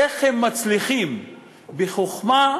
איך הם מצליחים בחוכמה,